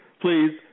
please